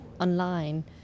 online